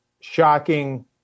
shocking